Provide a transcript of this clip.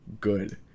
good